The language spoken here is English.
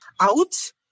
out